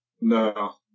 No